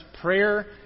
prayer